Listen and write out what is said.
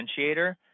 differentiator